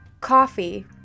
Coffee